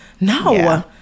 No